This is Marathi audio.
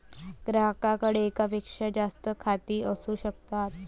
ग्राहकाकडे एकापेक्षा जास्त खाती असू शकतात